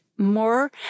more